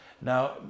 now